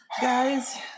Guys